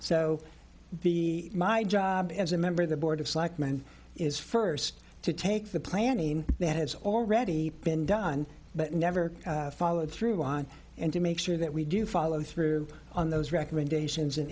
so the my job as a member of the board of selectmen is first to take the planning that has already been done but never followed through on and to make sure that we do follow through on those recommendations and